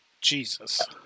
Jesus